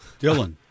Dylan